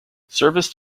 service